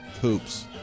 hoops